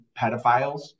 pedophiles